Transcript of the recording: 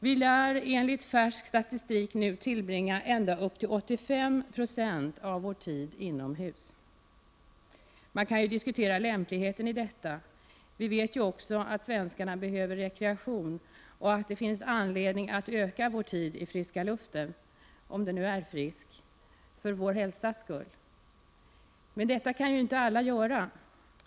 Vi lär nu — enligt färsk statistik — tillbringa ända upp till 85 96 av vår tid inomhus. Man kan diskutera lämpligheten i detta. Vi vet också att svenskarna behöver rekreation och att det finns anledning att öka vår tid i friska luften — om den nu är frisk — för vår hälsas skull. Men detta kan ju inte alla göra.